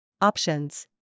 Options